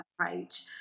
approach